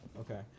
Okay